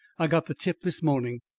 i got the tip this morning.